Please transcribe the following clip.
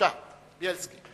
בבקשה, בילסקי.